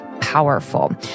powerful